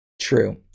true